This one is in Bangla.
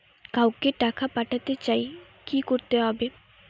কাউকে টাকা পাঠাতে চাই কি করতে হবে?